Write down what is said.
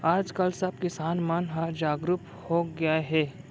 आज काल सब किसान मन ह जागरूक हो गए हे